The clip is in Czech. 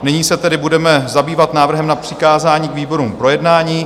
Nyní se tedy budeme zabývat návrhem na přikázání výborům k projednání.